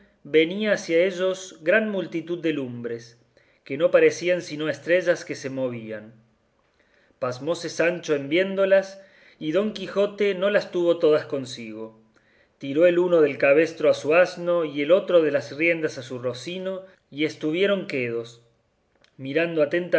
venían hacia ellos gran multitud de lumbres que no parecían sino estrellas que se movían pasmóse sancho en viéndolas y don quijote no las tuvo todas consigo tiró el uno del cabestro a su asno y el otro de las riendas a su rocino y estuvieron quedos mirando